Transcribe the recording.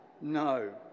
No